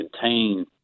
contain